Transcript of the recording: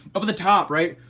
up at the top, right.